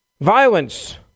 violence